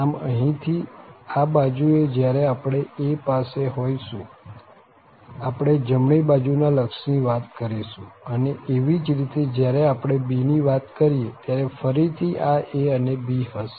આમ અહીં આ બાજુ એ જયારે આપણે a પાસે હોઈશું આપણે જમણી બાજુના લક્ષની વાત કરીશું અને એવી જ રીતે જયારે આપણે b ની વાત કરીએ ત્યારે ફરી થી આ a અને b હશે